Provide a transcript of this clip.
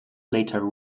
later